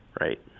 right